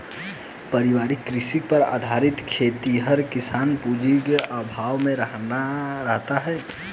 पारिवारिक कृषि पर आश्रित खेतिहर किसान पूँजी के अभाव में रहता है